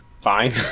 fine